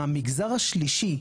המגזר השלישי,